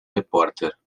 repórter